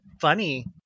funny